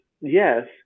yes